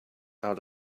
out